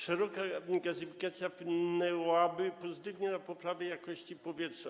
Szeroka gazyfikacja wpłynęłaby pozytywnie na poprawę jakości powietrza.